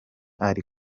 ari